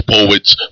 Poets